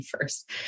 first